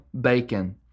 bacon